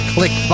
Click